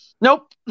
Nope